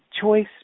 choice